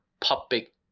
public